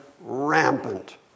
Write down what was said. rampant